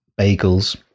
bagels